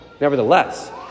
nevertheless